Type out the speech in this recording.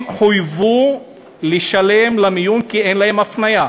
הם חויבו לשלם למיון כי אין להם הפניה.